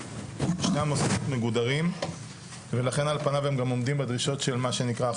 שני המוסדות מגודרים ולכן על פניו הם גם עומדים בדרישות של מה שנקרא,